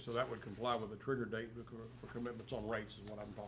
that would comply with a trigger date record commitments on rights and what i'm